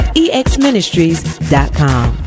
.exministries.com